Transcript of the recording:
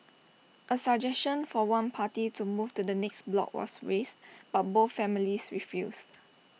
A suggestion for one party to move to the next block was raised but both families refused